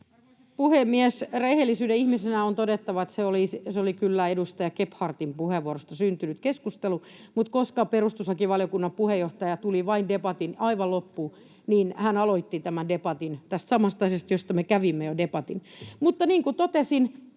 Arvoisa puhemies! Rehellisyyden ihmisenä on todettava, että se oli kyllä edustaja Gebhardin puheenvuorosta syntynyt keskustelu, mutta koska perustuslakivaliokunnan puheenjohtaja tuli vain debatin aivan loppuun, niin hän aloitti tässä samanaikaisesti tämän debatin, josta me kävimme jo debatin. Niin kuin totesin,